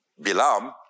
Bilam